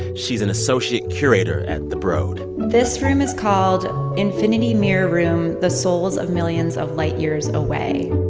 she's an associate curator at the broad this room is called infinity mirror room the souls of millions of light years away.